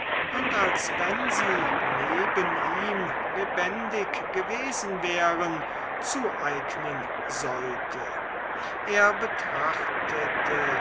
und als wenn sie neben ihm lebendig gewesen wären zueignen sollte er betrachtete